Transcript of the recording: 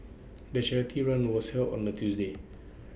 the charity run was held on A Tuesday